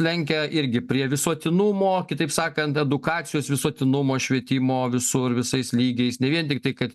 lenkia irgi prie visuotinumo kitaip sakant edukacijos visuotinumo švietimo visur visais lygiais ne vien tiktai kad